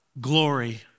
glory